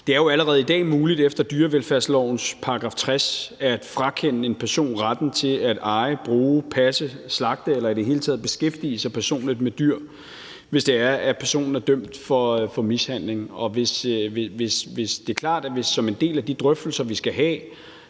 Det er jo allerede i dag muligt efter dyrevelfærdslovens § 60 at frakende en person retten til at eje, bruge, passe, slagte eller i det hele taget beskæftige sig personligt med dyr, hvis det er, at personen er dømt for mishandling. Det er klart, at hvis det som en del af de drøftelser, vi skal have